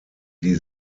die